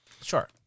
Sure